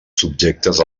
subjectes